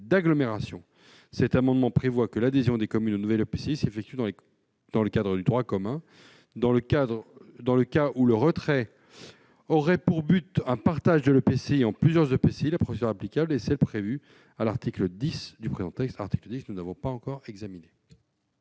d'agglomération. Cet amendement a pour objet que l'adhésion des communes au nouvel EPCI s'effectue dans le cadre du droit commun. Dans le cas où le retrait aurait pour but un partage de l'EPCI en plusieurs EPCI, la procédure applicable est celle qui est prévue à l'article 10 du présent texte, que nous n'avons pas encore examiné.